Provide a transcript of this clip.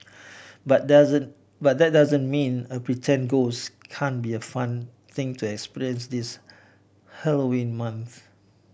but doesn't but that doesn't mean a pretend ghost can't be a fun thing to experience this Halloween month